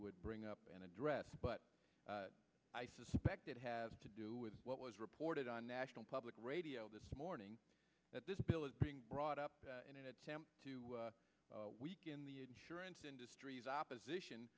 would bring up and address but i suspect it has to do with what was reported on national public radio this morning that this bill is being brought up in an attempt to weaken the insurance industry's opposition